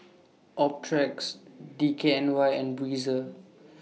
Optrex D K N Y and Breezer